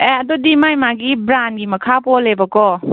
ꯑꯦ ꯑꯗꯨꯗꯤ ꯃꯥ ꯃꯥꯒꯤ ꯕ꯭ꯔꯥꯟꯒꯤ ꯃꯈꯥ ꯄꯣꯜꯂꯦꯕꯀꯣ